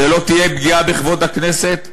זו לא תהיה פגיעה בכבוד הכנסת?